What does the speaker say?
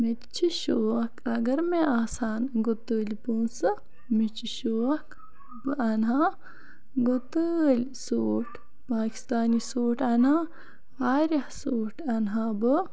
مےٚ تہِ چھ شوق اگر مےٚ آسہَن گُتٕلۍ پونٛسہٕ مےٚ چھُ شوق بہٕ انہٕ ہا گُتٲلۍ سوٗٹ پاکِستانی سوٗٹ اَنہا واریاہ سوٗٹ اَنہا بہٕ